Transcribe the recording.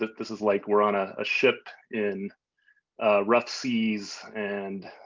this is like we're on a ah ship in rough seas and